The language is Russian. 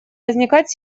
возникать